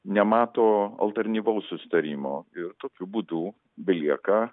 nemato alternyvaus susitarimo ir tokiu būdu belieka